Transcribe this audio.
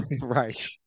Right